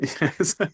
Yes